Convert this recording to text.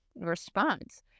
response